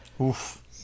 Oof